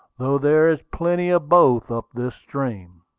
though there is plenty of both up this stream.